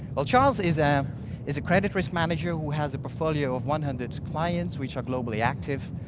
well, charles is um is a credit risk manager who has a portfolio of one hundred clients, which are globally active.